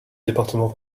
département